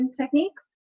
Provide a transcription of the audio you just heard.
techniques